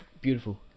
beautiful